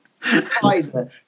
Pfizer